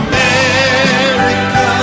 America